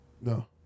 No